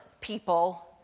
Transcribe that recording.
people